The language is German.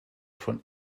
von